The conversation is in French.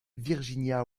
virginia